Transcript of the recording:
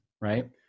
Right